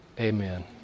Amen